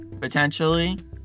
potentially